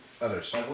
others